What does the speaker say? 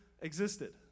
existed